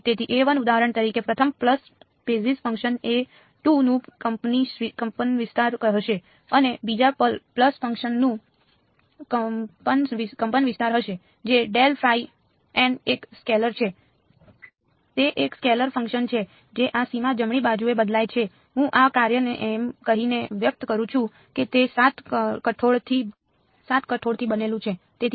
તેથી ઉદાહરણ તરીકે પ્રથમ પલ્સ બેઝિસ ફંક્શન નું કંપનવિસ્તાર હશે અને બીજા પલ્સ ફંક્શનનું કંપનવિસ્તાર હશે જે એક સ્કેલર છે તે એક સ્કેલર ફંક્શન છે જે આ સીમા જમણી બાજુએ બદલાય છે હું આ કાર્યને એમ કહીને વ્યક્ત કરું છું કે તે 7 કઠોળથી બનેલું છે